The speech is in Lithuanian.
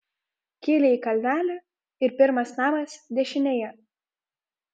kyli į kalnelį ir pirmas namas dešinėje